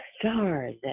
stars